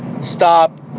Stop